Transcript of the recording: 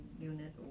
unit